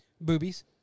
Boobies